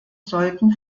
sollten